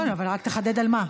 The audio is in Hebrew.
נכון, אבל רק תחדד על מה.